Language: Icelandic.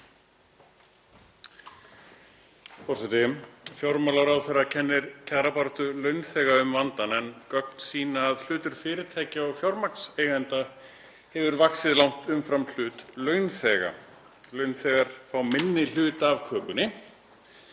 Forseti. Fjármálaráðherra kennir kjarabaráttu launþega um vandann en gögn sýna að hlutur fyrirtækja og fjármagnseigenda hefur vaxið langt umfram hlut launþega. Launþegar fá minni hluta af kökunni,